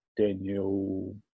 daniel